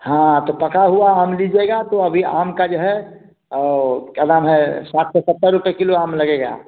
हाँ तो पका हुआ आम लीजिएगा तो अभी आम का जो है औ क्या नाम है साठ से सत्तर रुपये किलो आम लगेगा